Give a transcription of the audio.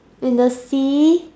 in the sea